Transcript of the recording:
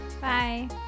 Bye